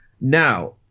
Now